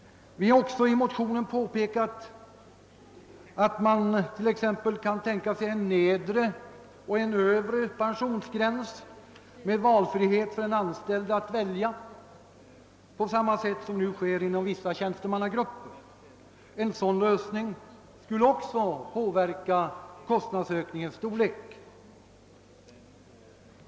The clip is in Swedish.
Vi har också i motionen påpekat att man t.ex. kan tänka sig en nedre och en Övre pensionsgräns med frihet för den anställde att välja på samma sätt som nu sker inom vissa tjänstemannagrupper. En sådan lösning skulle också påverka kostnadsökningens storlek.